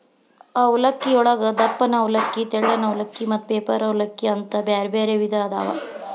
ಅವಲಕ್ಕಿಯೊಳಗ ದಪ್ಪನ ಅವಲಕ್ಕಿ, ತೆಳ್ಳನ ಅವಲಕ್ಕಿ, ಮತ್ತ ಪೇಪರ್ ಅವಲಲಕ್ಕಿ ಅಂತ ಬ್ಯಾರ್ಬ್ಯಾರೇ ವಿಧ ಅದಾವು